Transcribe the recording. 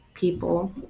People